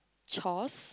chores